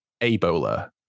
Ebola